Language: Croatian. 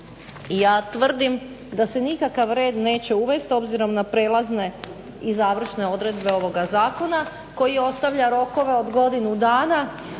ja tvrdim da se nikakav red neće uvesti obzirom na prijelazne i završne odredbe ovoga zakona koji ostavlja rokove od godinu dana